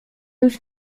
już